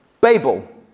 Babel